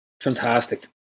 Fantastic